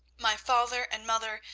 my father, and mother,